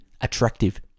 attractive